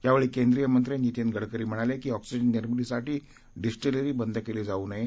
यावेळी केंद्रीय मंत्री नितीन गडकरी म्हणाले की ऑक्सिजन निर्मिती साठी डिस्टलरी बंद केली जाऊ नये